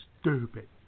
stupid